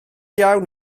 iawn